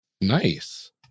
Nice